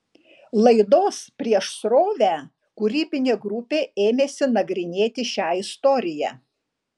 laidos prieš srovę kūrybinė grupė ėmėsi nagrinėti šią istoriją